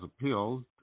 appealed